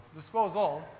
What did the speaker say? disposal